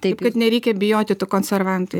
taip kad nereikia bijoti tų konservantų